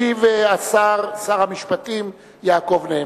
ישיב השר, שר המשפטים, יעקב נאמן.